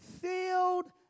filled